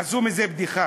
עשו מזה בדיחה,